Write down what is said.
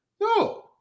No